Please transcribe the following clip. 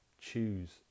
Choose